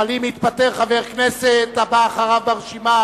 אבל אם מתפטר חבר כנסת נבחר מייד הבא אחריו ברשימה